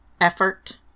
effort